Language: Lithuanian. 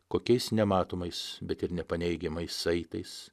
kokiais nematomais bet ir nepaneigiamai saitais